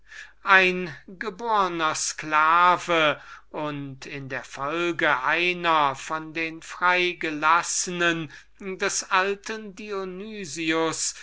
ein geborner sklave und in der folge einer von den freigelassenen des alten